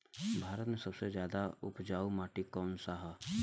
भारत मे सबसे ज्यादा उपजाऊ माटी कउन सा ह?